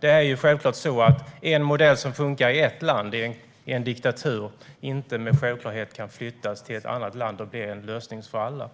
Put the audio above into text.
Det är nämligen inte så att en modell som funkar i ett land - i en diktatur - med självklarhet kan flyttas till ett annat land och bli en lösning för alla.